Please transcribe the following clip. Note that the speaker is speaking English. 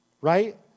Right